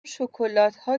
شکلاتها